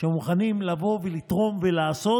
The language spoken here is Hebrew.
שמוכנים לבוא, לתרום ולעשות,